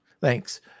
Thanks